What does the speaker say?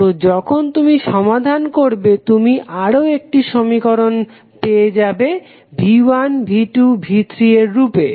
তো যখন তুমি সমাধান করবে তুমি আরও সমীকরণ পেবে V1V2V3 এর রূপে